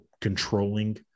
controlling –